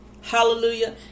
Hallelujah